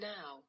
Now